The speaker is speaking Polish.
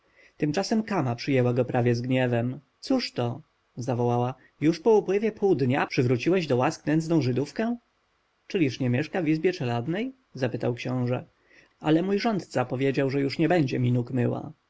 tymczasem kama przyjęła go prawie z gniewem cóżto zawołała już po upływie pół dnia przywróciłeś do łask nędzną żydówkę czyliż nie mieszka w izbie czeladniej odparł książę ale mój rządca powiedział że już nie będzie